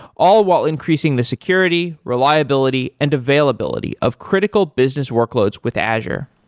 all while increasing the security, reliability and availability of critical business workloads with azure.